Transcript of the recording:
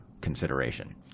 consideration